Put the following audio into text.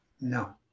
no